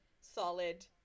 solid